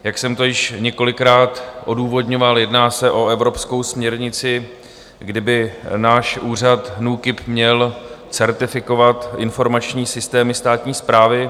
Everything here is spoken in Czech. Jak jsem to již několikrát odůvodňoval, jedná se o evropskou směrnici, kdy by náš úřad NÚKIB měl certifikovat informační systémy státní správy.